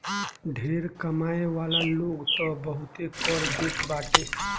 ढेर कमाए वाला लोग तअ बहुते कर देत बाटे